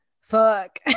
Fuck